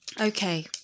Okay